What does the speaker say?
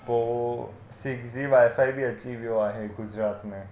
पोइ six G wifi बि अची वियो आहे गुजरात में